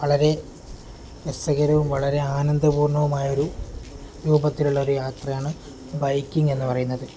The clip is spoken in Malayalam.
വളരെ രസകരവും വളരെ ആനന്ദപൂർണ്ണവുമായ ഒരു രൂപത്തിലുള്ള ഒരു യാത്രയാണ് ബൈക്കിങ് എന്ന് പറയുന്നത്